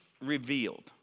revealed